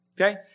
Okay